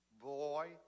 Boy